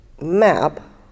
map